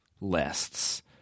lists